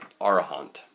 arahant